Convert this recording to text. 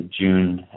June